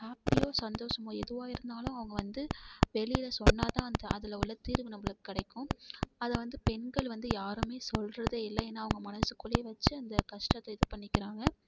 ஹாப்பியோ சந்தோஷமோ எதுவாக இருந்தாலும் அவங்கள் வந்து வெளியில் சொன்னால் தான் அந்த அதில் உள்ள தீர்வு நம்மளுக்கு கிடைக்கும் அதை வந்து பெண்கள் வந்தும் யாரும் சொல்கிறதே இல்லை ஏன்னா அவங்க மனசுக்குள்ளேயே வச்சு அந்த கஷ்டத்தை இது பண்ணிக்கிறாங்க